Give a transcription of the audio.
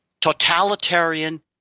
totalitarian